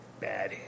bad